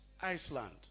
Iceland